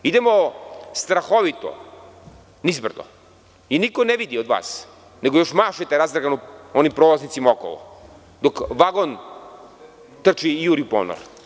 Idemo strahovito nizbrdo i niko ne vidi od vas, nego još mašete prolaznicima okolo, dok vagon trči i juri u ponor.